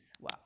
Wow